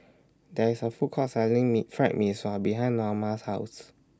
There IS A Food Court Selling Mee Fried Mee Sua behind Naoma's House